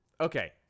Okay